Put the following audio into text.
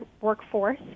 workforce